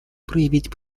проявить